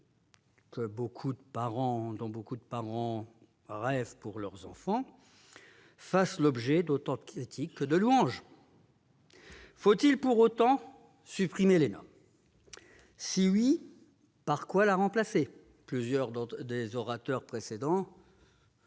que cette école, dont beaucoup de parents rêvent pour leurs enfants, fasse l'objet d'autant de critiques que de louanges. Faut-il pour autant supprimer l'ENA ? Si oui, par quoi la remplacer ?